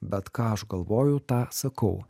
bet ką aš galvoju tą sakau